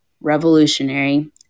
revolutionary